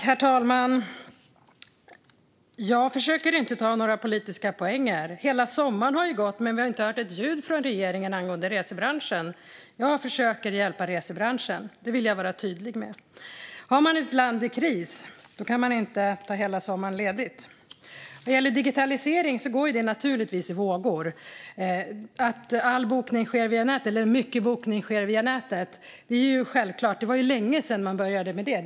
Herr talman! Jag försöker inte ta politiska poänger. Hela sommaren har gått, men vi har inte hört ett ljud från regeringen angående resebranschen. Jag försöker hjälpa resebranschen. Det vill jag vara tydlig med. Har man ett land i kris kan man inte ta ledigt hela sommaren. Digitaliseringen går naturligtvis i vågor. Att mycket bokning sker via nätet är självklart. Det var länge sedan man började med det.